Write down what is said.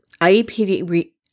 IEP